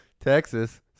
Texas